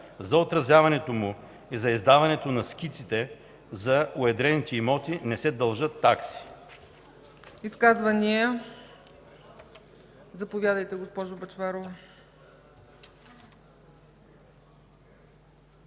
За отразяването му и за издаването на скиците за уедрените имоти не се дължат такси.”